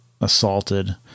assaulted